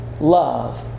love